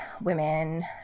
women